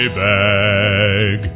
bag